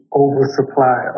oversupply